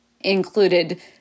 included